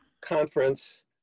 conference